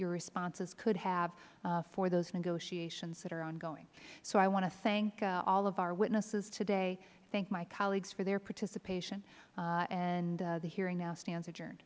your responses could have for those negotiations that are ongoing so i want to thank all of our witnesses today i thank my colleagues for their participation and the hearing now stand